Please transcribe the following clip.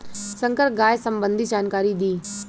संकर गाय सबंधी जानकारी दी?